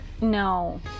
No